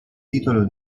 titolo